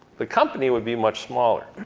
the company would be much smaller.